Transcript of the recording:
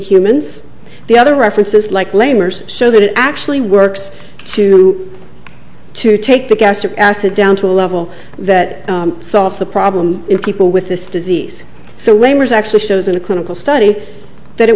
humans the other references like lamers show that it actually works to to take the gastric acid down to a level that solves the problem in people with this disease so lamers actually shows in a clinical study that it